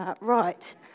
right